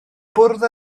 bwrdd